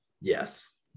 Yes